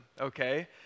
okay